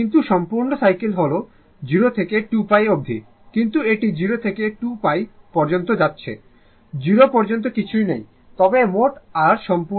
কিন্তু সম্পূর্ণ সাইকেল হল 0 থেকে 2π অব্দি কিন্তু এটি 0 থেকে π পর্যন্ত যাচ্ছে 0 পর্যন্ত কিছুই নেই তবে মোট r সম্পূর্ণ সাইকেল হল গিয়ে 2 π